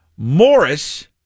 Morris